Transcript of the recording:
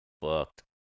fucked